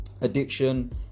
Addiction